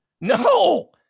No